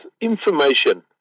information